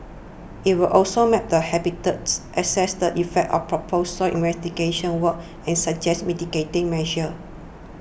it will also map the habitats assess the effects of proposed soil investigation works and suggest mitigating measures